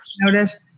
notice